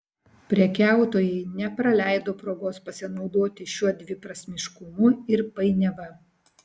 prekiautojai nepraleido progos pasinaudoti šiuo dviprasmiškumu ir painiava